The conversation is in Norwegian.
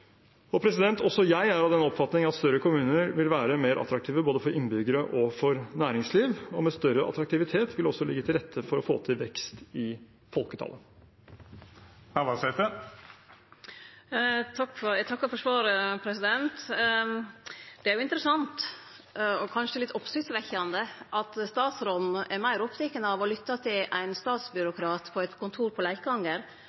Også jeg er av den oppfatning at større kommuner vil være mer attraktive for innbyggere og næringsliv, og med større attraktivitet vil det også legge til rette for vekst i folketallet. Eg takkar for svaret. Det er jo interessant og kanskje litt oppsiktsvekkjande at statsråden er meir oppteken av å lytte til